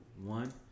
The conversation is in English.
one